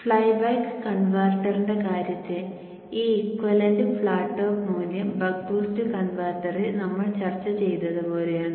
flyback കൺവെർട്ടറിന്റെ കാര്യത്തിൽ ഈ ഇക്വലന്റ് ഫ്ലാറ്റ് ടോപ്പ് മൂല്യം ബക്ക് ബൂസ്റ്റ് കൺവെർട്ടറിൽ നമ്മൾ ചർച്ച ചെയ്തതുപോലെയാണ്